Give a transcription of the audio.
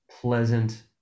pleasant